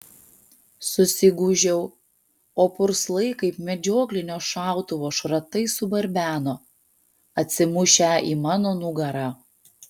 susigūžiau o purslai kaip medžioklinio šautuvo šratai subarbeno atsimušę į mano nugarą